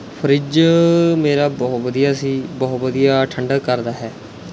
fridge ਮੇਰਾ ਬਹੁ ਵਧੀਆ ਸੀ ਬਹੁ ਵਧੀਆ ਠੰਡਕ ਕਰਦਾ ਹੈ